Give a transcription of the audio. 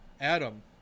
Adam